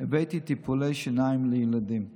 בממשלה הבאתי טיפולי שיניים לילדים בחינם.